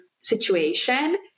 situation